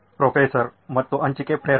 professor ಮತ್ತು ಹಂಚಿಕೆಗೆ ಪ್ರೇರಣೆ